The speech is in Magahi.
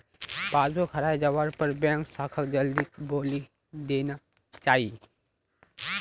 पासबुक हराई जवार पर बैंक शाखाक जल्दीत बोली देना चाई